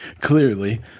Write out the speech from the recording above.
Clearly